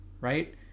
right